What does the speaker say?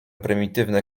prymitywne